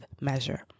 measure